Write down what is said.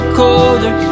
colder